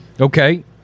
Okay